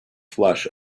flush